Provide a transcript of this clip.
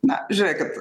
na žiūrėkit